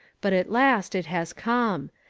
but at last it has come.